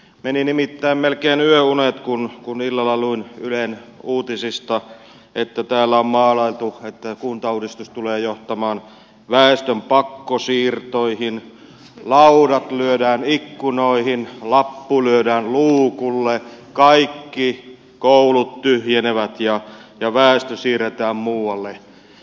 meni nimittäin melkein yöunet kun illalla luin ylen uutisista että täällä on maalailtu että kuntauudistus tulee johtamaan väestön pakkosiirtoihin laudat lyödään ikkunoihin lappu lyödään luukulle kaikki koulut tyhjenevät ja väestö siirretään muualle